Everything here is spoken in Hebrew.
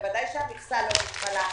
בוודאי שהמכסה לא מתמלאת,